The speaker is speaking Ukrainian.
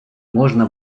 можна